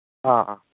ꯑꯥ ꯑꯥ